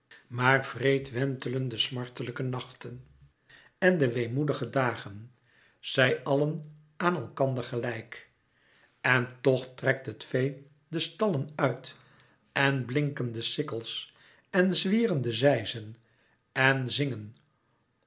maar wreed wentelen de smartelijke nachten en de weemoedige dagen zij allen aan elkander gelijk en tch trekt het vee de stallen uit en blinken de sikkels en zwieren de zeizen en zingen